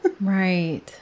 Right